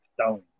stone